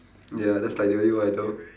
ya that's like the only one I know